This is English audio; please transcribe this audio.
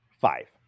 five